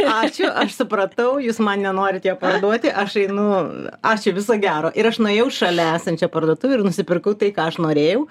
ačiū aš supratau jūs man nenorit jo parduoti aš einu ačiū viso gero ir aš nuėjau į šalia esančią parduotuvę ir nusipirkau tai ką aš norėjau